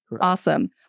Awesome